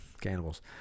cannibals